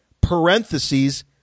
parentheses